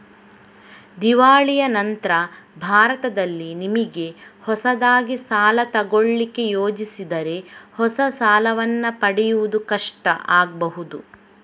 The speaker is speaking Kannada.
ದಿವಾಳಿಯ ನಂತ್ರ ಭಾರತದಲ್ಲಿ ನಿಮಿಗೆ ಹೊಸದಾಗಿ ಸಾಲ ತಗೊಳ್ಳಿಕ್ಕೆ ಯೋಜಿಸಿದರೆ ಹೊಸ ಸಾಲವನ್ನ ಪಡೆಯುವುದು ಕಷ್ಟ ಆಗ್ಬಹುದು